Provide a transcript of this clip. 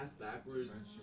backwards